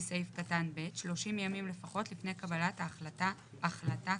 סעיף קטן ב' 30 ימים לפחות לפני קבלת החלטה כאמור.